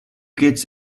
kids